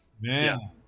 man